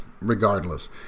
regardless